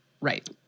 Right